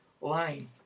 line